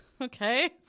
Okay